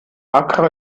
accra